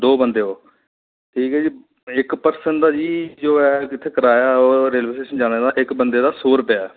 दो बंदे ओ ठीक ऐ जी इक पर्सन दी जी जो एह् इत्थै किराया इत्थै रेलबे स्टेशन जाने दा इक बंदे दा ओह् ऐ सौ रुपया